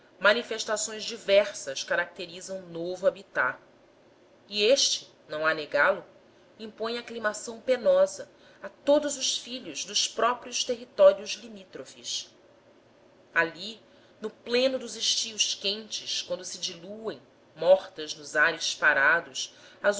manifestações diversas caracterizam novo habitat e este não há negá-lo impõe aclimação penosa a todos os filhos dos próprios territórios limítrofes ali no pleno dos estios quentes quando se diluem mortas nos ares parados